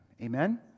Amen